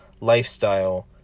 lifestyle